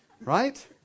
right